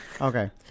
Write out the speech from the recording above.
Okay